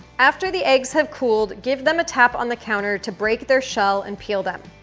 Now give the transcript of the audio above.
after the eggs have cooled, give them a tap on the counter to break their shell and peel them.